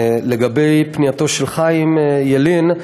לגבי פנייתו של חיים ילין,